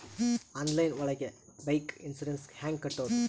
Online ಒಳಗೆ bike insurance ಹ್ಯಾಂಗ್ ಕಟ್ಟುದು?